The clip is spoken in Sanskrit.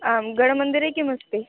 आं गडमन्दिरे किम् अस्ति